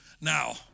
Now